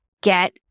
get